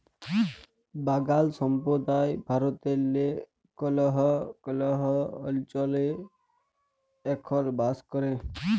বাগাল সম্প্রদায় ভারতেল্লে কল্হ কল্হ অলচলে এখল বাস ক্যরে